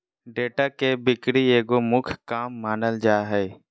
data के बिक्री एगो मुख्य काम मानल जा हइ